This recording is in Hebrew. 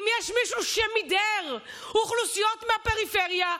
אם יש מישהו שמידר אוכלוסיות מהפריפריה,